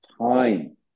time